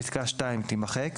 פסקה (2) תימחק.